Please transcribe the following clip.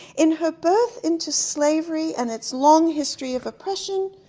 in her birth into slavery, and its long history of oppression,